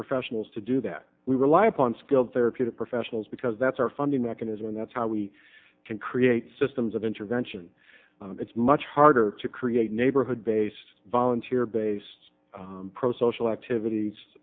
professionals to do that we rely upon skilled therapeutic professionals because that's our funding mechanism and that's how we can create systems of intervention it's much harder to create neighborhood based volunteer base pro social